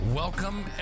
Welcome